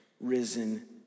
risen